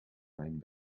mijn